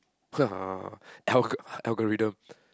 algo~ algorithm